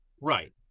Right